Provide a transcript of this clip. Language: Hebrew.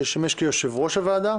שישמש כיושב-ראש הוועדה,